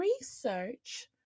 research